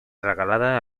regalada